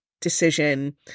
decision